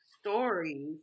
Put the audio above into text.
stories